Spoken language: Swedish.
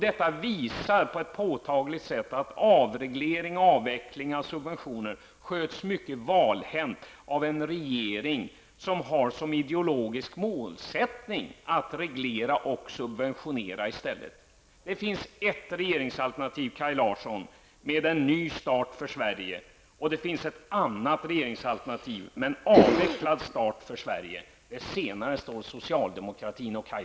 Detta visar på ett påtagligt sätt att avreglering och avveckling av subventioner sköts mycket valhänt av en regering som har som ideologisk målsättning att reglera och subventionera i stället. Det finns ett regeringsalternativ, Kaj Larsson, med en ny start för Sverige, och det finns ett annat regeringsalternativ med en avvecklad start för Sverige. Det senare står socialdemokratin och Kaj